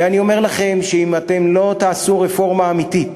ואני אומר לכם שאם אתם לא תעשו רפורמה אמיתית